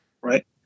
right